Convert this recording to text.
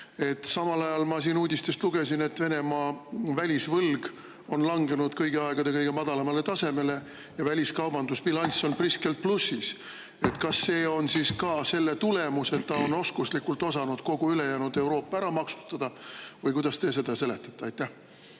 Samal ajal ma siin uudistest lugesin, et Venemaa välisvõlg on langenud kõigi aegade kõige madalamale tasemele ja väliskaubandusbilanss on priskelt plussis. Kas see on siis ka selle tulemus, et ta on oskuslikult osanud kogu ülejäänud Euroopa ära maksustada, või kuidas te seda seletate? Aitäh,